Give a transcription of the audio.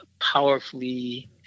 powerfully